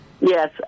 Yes